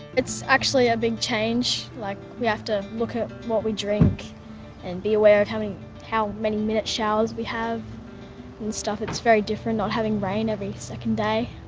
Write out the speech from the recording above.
it's actually a big change, like we have to look at what we drink and be aware of how many minute showers we have and stuff, its very different not having rain every second day.